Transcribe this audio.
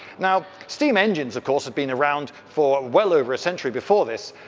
now steam engines, of course, had been around for well over a century before this.